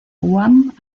guam